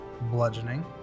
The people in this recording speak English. bludgeoning